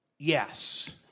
Yes